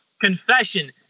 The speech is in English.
confession